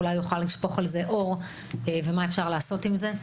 אולי הוא יוכל לשפוך על זה אור ומה אפשר לעשות עם זה.